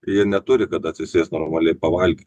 jie neturi kada atsisėst normaliai pavalgyt